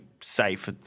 safe